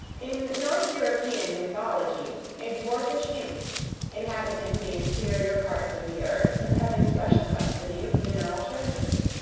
in north-european mythology, a dwarfish imp inhabiting the interior parts of the earth and having special custody of mineral treasures.